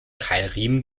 keilriemen